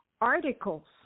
articles